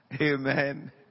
Amen